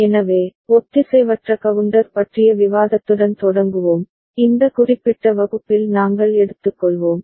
எனவே ஒத்திசைவற்ற கவுண்டர் பற்றிய விவாதத்துடன் தொடங்குவோம் இந்த குறிப்பிட்ட வகுப்பில் நாங்கள் எடுத்துக்கொள்வோம்